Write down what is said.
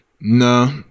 No